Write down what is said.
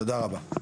תודה רבה.